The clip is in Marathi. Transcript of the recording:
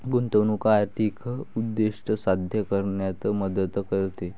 गुंतवणूक आर्थिक उद्दिष्टे साध्य करण्यात मदत करते